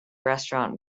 restaurant